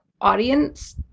audience